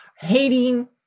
hating